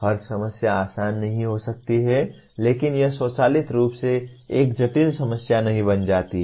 हर समस्या आसान नहीं हो सकती है लेकिन यह स्वचालित रूप से एक जटिल समस्या नहीं बन जाती है